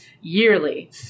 yearly